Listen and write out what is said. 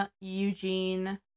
eugene